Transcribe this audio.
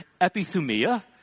epithumia